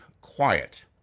quiet